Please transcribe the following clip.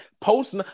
post